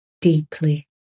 deeply